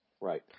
Right